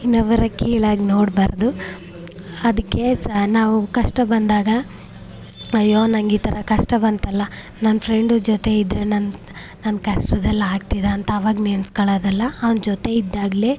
ಇನ್ನೊಬ್ರನ್ನ ಕೀಳಾಗಿ ನೋಡಬಾರ್ದು ಅದಕ್ಕೆ ಸ ನಾವು ಕಷ್ಟ ಬಂದಾಗ ಅಯ್ಯೋ ನಂಗೆ ಈ ಥರ ಕಷ್ಟ ಬಂತಲ್ಲ ನನ್ನ ಫ್ರೆಂಡು ಜೊತೆ ಇದ್ದರೆ ನನ್ನ ನನ್ನ ಕಷ್ಟದಲ್ಲಿ ಆಗ್ತಿದ್ದ ಅಂತ ಆವಾಗ ನೆನ್ಸ್ಕೊಳ್ಳದಲ್ಲ ಅವನ ಜೊತೆ ಇದ್ದಾಗಲೇ